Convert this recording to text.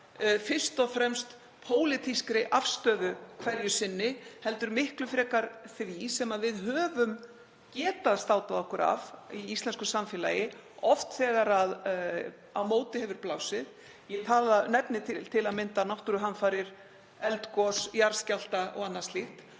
fyrst og fremst pólitískri afstöðu hverju sinni heldur miklu frekar því sem við höfum getað státað okkur af í íslensku samfélagi, oft þegar á móti hefur blásið. Ég nefni til að mynda náttúruhamfarir, eldgos, jarðskjálfta og annað slíkt.